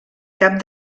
cap